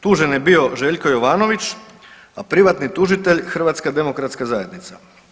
Tužen je bio Željko Jovanović, a privatni tužitelj HDZ.